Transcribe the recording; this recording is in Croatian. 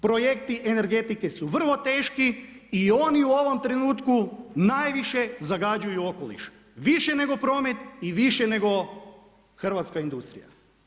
Projekti energetike su vrlo teški i oni u ovom trenutku najviše zagađuju okoliš više nego promet i više nego hrvatska industrija.